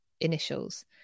initials